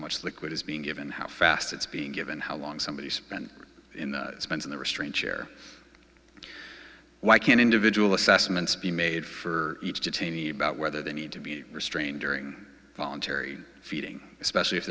much liquid is being given how fast it's being given how long somebody has been in the spent in the restraint chair why can't individual assessments be made for each detainee about whether they need to be restrained during voluntary feeding especially if